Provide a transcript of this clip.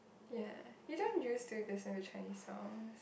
ya you don't use to listen to Chinese song